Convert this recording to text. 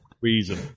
reason